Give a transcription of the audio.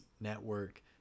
network